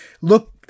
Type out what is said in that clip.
look